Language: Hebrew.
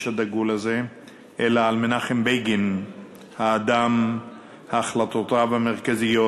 הדגול הזה אלא על מנחם בגין האדם ועל החלטותיו המרכזיות